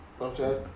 Okay